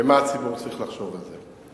מה הציבור צריך לחשוב על זה?